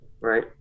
right